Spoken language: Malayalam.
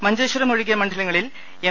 മഞ്ചേശ്വരം ഒഴികെ മണ്ഡലങ്ങളിൽ എം